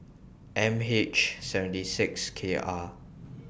M H seventy six K R